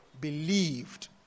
believed